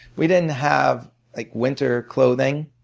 we didn't have winter clothing.